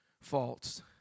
faults